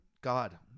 God